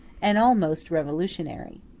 and almost revolutionary.